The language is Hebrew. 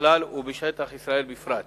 בכלל ובשטח ישראל בפרט.